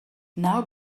now